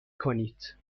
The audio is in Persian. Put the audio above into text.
کنید